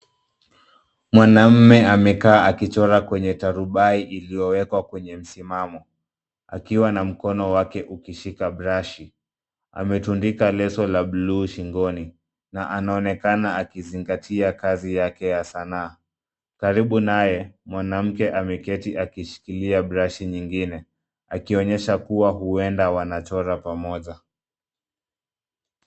Mwanamume amekaa akichora kwenye tarubai iliyowekwa kwenye msimamo akiwa na mkono wake ukishika brashi. Ametundika leso la bluu shingoni na anaonekana akizingatia kazi yake ya sanaa. Karibu naye mwanamke ameketi akishikilia brashi nyingine akionyesha kuwa huenda wanachora pamoja.